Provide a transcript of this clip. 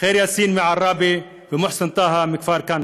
ח'יר יאסין מעראבה ומוחמד טאהא מכפר-כנא.